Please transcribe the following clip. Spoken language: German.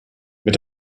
mit